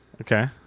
Okay